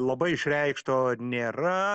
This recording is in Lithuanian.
labai išreikšto nėra